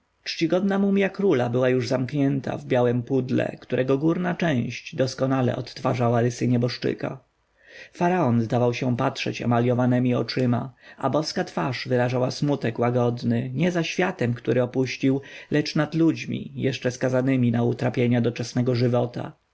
czcigodna mumja króla była już zamknięta w białem pudle którego górna część doskonale odtwarzała rysy nieboszczyka faraon zdawał się patrzeć emaljowemi oczyma a boska twarz wyrażała smutek łagodny nie za światem który opuścił lecz nad ludźmi jeszcze skazanymi na utrapienia doczesnego żywota